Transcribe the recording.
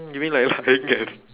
you mean like lying